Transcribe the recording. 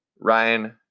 Ryan